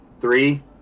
three